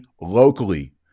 locally